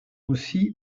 aussi